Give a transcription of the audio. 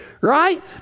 Right